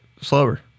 Slower